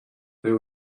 there